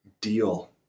deal